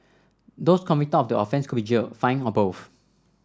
those convicted of the offence could be jailed fined or both